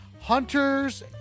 hunters